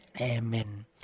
Amen